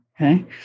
okay